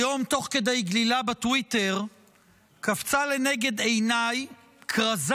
היום תוך כדי גלילה בטוויטר קפצה לנגד עיניי כרזה